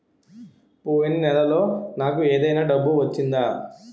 పోయిన నెలలో నాకు ఏదైనా డబ్బు వచ్చిందా?